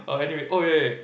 oh anyway oh ya ya ya